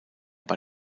bei